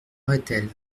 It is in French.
rethel